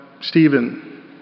Stephen